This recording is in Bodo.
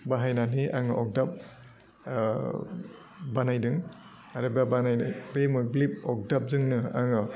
बाहायनानै आं अगदाब ओह बानायदों आरो बे बानायनाइ बे मोब्लिब अगदाबजोंनो आङो